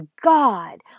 God